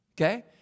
Okay